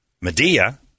Medea